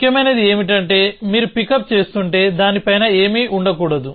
ముఖ్యమైనది ఏమిటంటేమీరు పికప్ చేస్తుంటే దాని పైన ఏమీ ఉండకూడదు